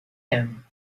him